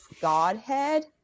godhead